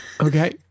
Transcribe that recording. Okay